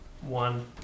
One